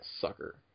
sucker